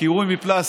הקירוי מפלסטיק.